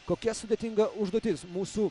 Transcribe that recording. kokia sudėtinga užduotis mūsų